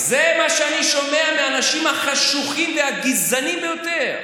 זה מה שאני שומע מהאנשים החשוכים והגזענים ביותר.